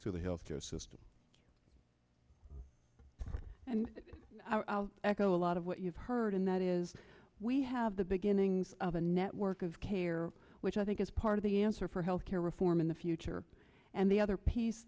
to the health care system and i'll echo a lot of what you've heard and that is we have the beginnings of a network of care which i think is part of the answer for health care reform in the future and the other piece